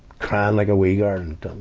crying like a wee girl.